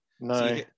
no